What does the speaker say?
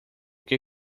que